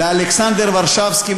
לאלכסנדר ורשבסקי,